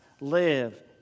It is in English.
live